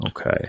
Okay